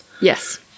Yes